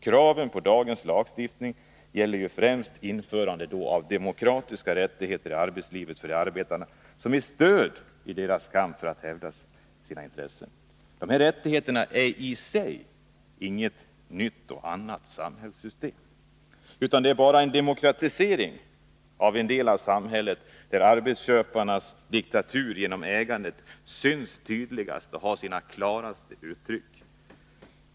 Kraven på dagens lagstiftning gäller främst införandet av demokratiska rättigheter i arbetslivet för de arbetande, som ett stöd i deras kamp att hävda sina intressen. Dessa rättigheter bildar i sig inget nytt och annorlunda samhällssystem, utan det är bara en demokratisering av en del av samhället där arbetsköparnas diktatur genom ägandet syns tydligast och kommer klarast till uttryck.